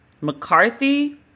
McCarthy